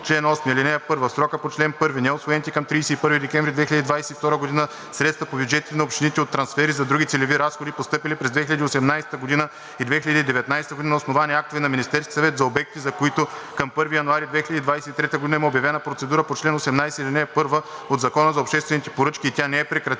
чл. 8: „Чл. 8. (1) В срока по чл. 1 неусвоените към 31 декември 2022 г. средства по бюджетите на общините от трансфери за други целеви разходи, постъпили през 2018 г. и 2019 г. на основание актове на Министерския съвет, за обекти, за които към 1 януари 2023 г. има обявена процедура по чл. 18, ал. 1 от Закона за обществените поръчки и тя не е прекратена,